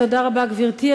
תודה רבה, גברתי.